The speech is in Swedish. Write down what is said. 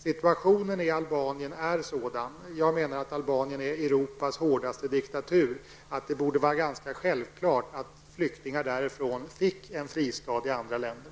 Situationen i Albanien är sådan -- jag menar att Albanien är Europas hårdaste diktatur -- att det borde vara ganska självklart att flyktingar därifrån skulle få en fristad i andra länder.